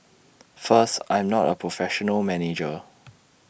first I'm not A professional manager